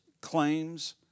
claims